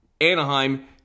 Anaheim